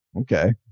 Okay